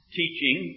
teaching